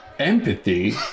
Empathy